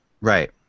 right